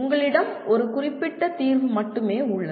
உங்களிடம் ஒரு குறிப்பிட்ட தீர்வு மட்டுமே உள்ளது